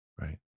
right